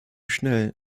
schnell